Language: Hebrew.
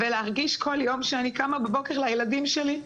להרגיש כל יום כשאני קמה בבוקר לילדים שלי,